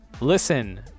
Listen